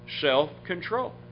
self-control